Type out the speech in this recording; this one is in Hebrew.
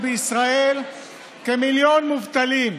בישראל כמיליון מובטלים,